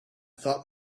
thought